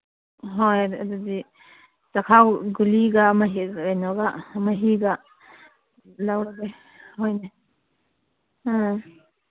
ꯍꯣꯏ ꯑꯗꯨꯗꯤ ꯆꯥꯛꯈꯥꯎ ꯒꯨꯂꯤꯒ ꯃꯍꯤꯒ ꯂꯧꯔꯒꯦ ꯍꯣꯏꯅꯦ ꯑꯥ